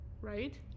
right